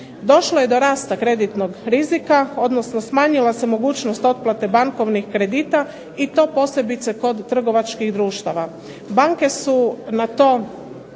Došlo je do rasta kreditnog rizika, odnosno smanjila se mogućnost otplate bankovnih kredita i to posebice kod trgovačkih društava. Banke su na to